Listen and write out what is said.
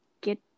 get